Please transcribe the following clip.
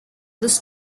this